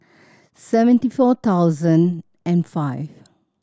seventy four thousand and five